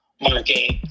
market